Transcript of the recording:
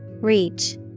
Reach